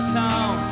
town